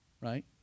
right